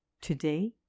Today